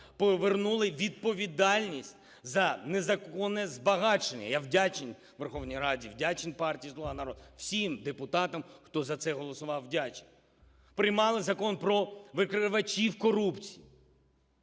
повернули відповідальність за незаконне збагачення – я вдячний Верховній Раді, вдячний партії "Слуга народу", всім депутатам, хто за це голосував, вдячний – приймали Закон про викривачів корупції.